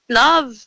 love